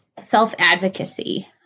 self-advocacy